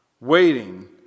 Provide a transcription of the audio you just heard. waiting